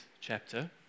chapter